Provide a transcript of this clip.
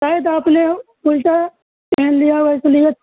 شاید آپ کے علاوہ کون سا پہن لیا ہو اس لیے